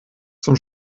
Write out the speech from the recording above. zum